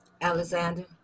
Alexander